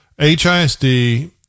HISD